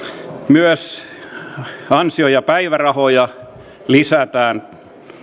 myös ansiopäivärahoja lisätään